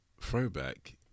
throwback